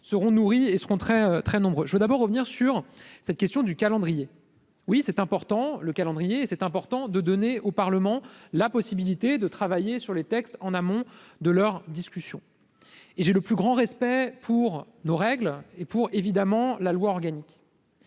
seront nourris et seront très très nombreux, je veux d'abord revenir sur cette question du calendrier. Oui, c'est important, le calendrier, c'est important de donner au Parlement, la possibilité de travailler sur les textes en amont de leur discussion et j'ai le plus grand respect pour nos règles et pour évidemment la loi organique,